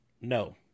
No